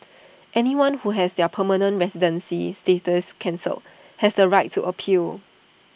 anyone who has their permanent residency status cancelled has the right to appeal